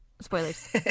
spoilers